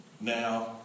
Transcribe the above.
now